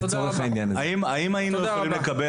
חברי הכנסת, האם היינו יכולים לקבל